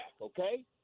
okay